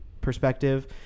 perspective